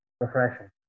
refreshing